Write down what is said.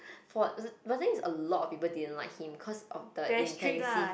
for but thing is a lot of people didn't like him because of the intensive